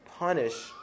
Punish